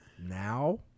now